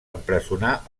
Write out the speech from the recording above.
empresonar